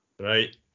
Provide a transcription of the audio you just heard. Right